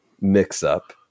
mix-up